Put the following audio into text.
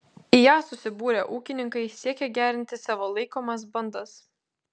į ją susibūrę ūkininkai siekia gerinti savo laikomas bandas